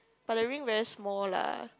but the ring very small lah